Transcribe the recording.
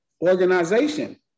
organization